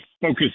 focus